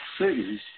cities